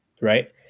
right